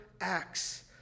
acts